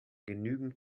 genügend